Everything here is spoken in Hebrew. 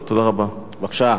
אנחנו